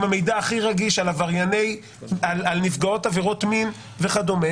המידע הכי רגיש על נפגעות עבירות מין וכדומה,